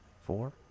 four